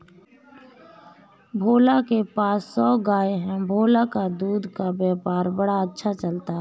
भोला के पास सौ गाय है भोला का दूध का व्यापार बड़ा अच्छा चलता है